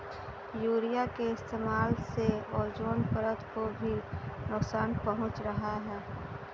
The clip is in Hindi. यूरिया के इस्तेमाल से ओजोन परत को भी नुकसान पहुंच रहा है